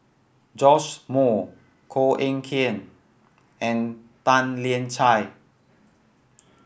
Joash Moo Koh Eng Kian and Tan Lian Chye